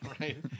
Right